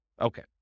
Okay